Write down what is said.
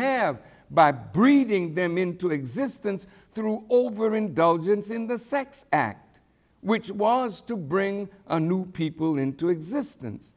have by breeding them into existence through overindulgence in the sex act which was to bring a new people into existence